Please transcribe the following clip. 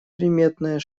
приметная